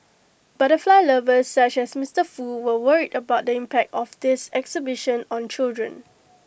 butterfly lovers such as Mister Foo were worried about the impact of this exhibition on children